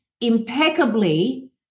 impeccably